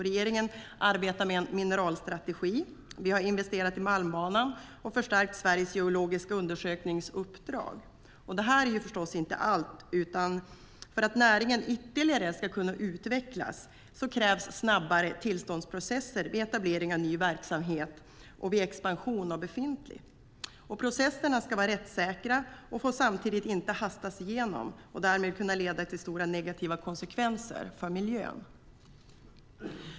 Regeringen arbetar med en mineralstrategi. Vi har investerat i Malmbanan och förstärkt Sveriges geologiska undersöknings uppdrag. Det är förstås inte allt. För att näringen ska kunna utvecklas ytterligare krävs snabbare tillståndsprocesser vid etablering av ny verksamhet och vid expansion av befintlig. Processerna ska vara rättssäkra och får samtidigt inte hastas igenom och därmed kunna leda till stora negativa konsekvenser för miljön.